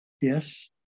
Yes